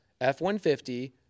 F-150